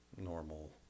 normal